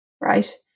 right